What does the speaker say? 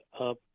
up